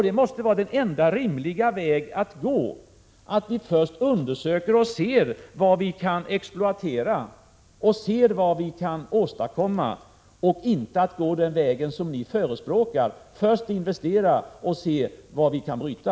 Det måste vara den enda rimliga vägen att gå — att först undersöka och se vad vi kan exploatera, att få fram vad vi kan åstadkomma, inte att gå den väg som ni förespråkar, först investera och sedan se vad vi kan bryta.